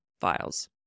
files